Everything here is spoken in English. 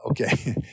okay